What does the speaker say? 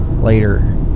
later